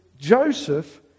Joseph